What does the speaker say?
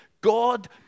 God